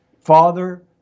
Father